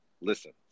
Listen